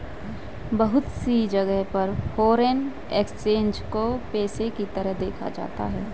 बहुत सी जगह पर फ़ोरेन एक्सचेंज को पेशे के तरह देखा जाता है